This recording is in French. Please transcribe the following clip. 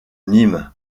nîmes